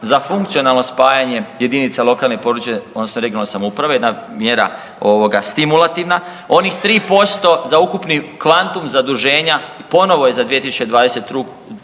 za funkcionalno spajanje jedinica lokalne i područne odnosno regionalne samouprave, jedna mjera ovoga stimulativna. Onih 3% za ukupni kvantum zaduženja ponovo je za 2022.